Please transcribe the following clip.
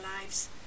lives